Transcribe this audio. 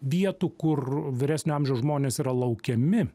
vietų kur vyresnio amžiaus žmonės yra laukiami